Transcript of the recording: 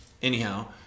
Anyhow